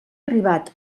arribat